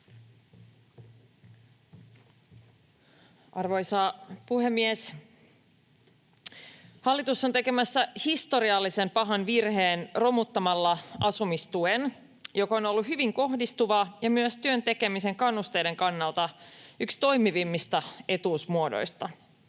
Arvoisa puhemies! Hallitus on tekemässä historiallisen pahan virheen romuttamalla asumistuen, joka on ollut hyvin kohdistuva ja myös työn tekemisen kannusteiden kannalta yksi toimivimmista etuusmuodoista.